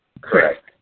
Correct